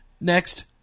next